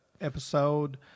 episode